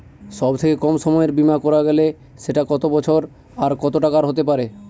সব থেকে কম সময়ের বীমা করা গেলে সেটা কত বছর আর কত টাকার হতে পারে?